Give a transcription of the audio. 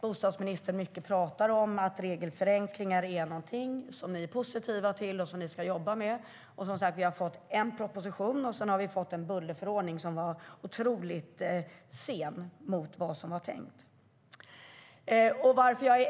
Bostadsministern talar om att regeringen är positiv till regelförenklingar och ska jobba med det, men vi har bara fått en enda proposition och en mycket försenad bullerförordning.